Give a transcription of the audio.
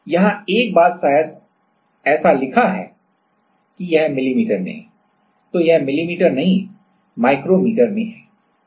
यहाँ एक बात शायद ऐसा लिखा है कि यह मिली मीटर में है तो यह मिली मीटर नहीं माइक्रोमीटर है